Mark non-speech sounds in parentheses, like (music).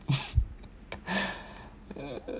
(breath)